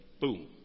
Boom